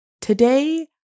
Today